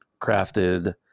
crafted